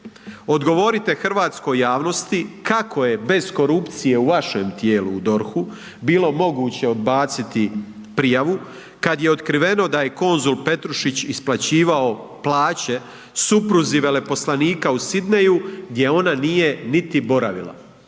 Odgovorite hrvatskoj javnosti kako je bez korupcije u vašem tijelu u DORH-u bilo moguće odbaciti prijavu kada je otkriveno da je konzul Petrušić isplaćivao plaće supruzi veleposlanika u Sidneyju gdje ona nije niti boravila?